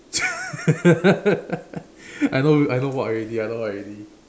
I know I know what already I know what already